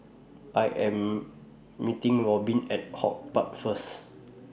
I Am meeting Robin At HortPark First